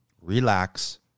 relax